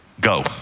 Go